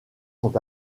sont